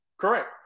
Correct